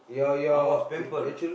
I was pampered